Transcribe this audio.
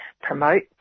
promote